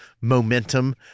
momentum